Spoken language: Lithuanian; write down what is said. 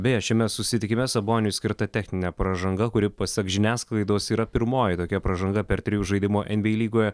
beje šiame susitikime saboniui skirta techninė pražanga kuri pasak žiniasklaidos tai yra pirmoji tokia pražanga per trijų žaidimo nba lygoje